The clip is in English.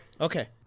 Okay